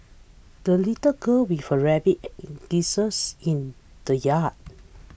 the little girl before rabbit and geese's in the yard